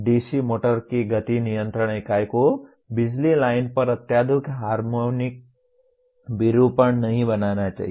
DC motor की गति नियंत्रण इकाई को बिजली लाइन पर अत्यधिक हार्मोनिक विरूपण नहीं बनाना चाहिए